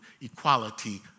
equality